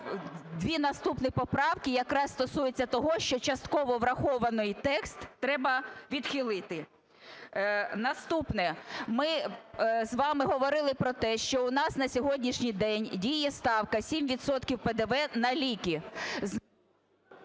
дві наступних поправки якраз стосуються того, що частково врахований текст треба відхилити. Наступне. Ми з вами говорили про те, що у нас на сьогоднішній день діє ставка 7 відсотків ПДВ на ліки.